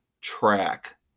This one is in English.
track